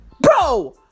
Bro